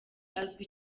azwi